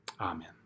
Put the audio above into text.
amen